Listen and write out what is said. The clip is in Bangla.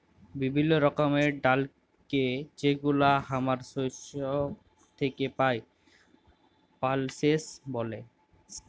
বিভিল্য রকমের ডালকে যেগুলা হামরা শস্য থেক্যে পাই, পালসেস ব্যলে